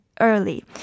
early